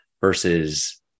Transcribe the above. versus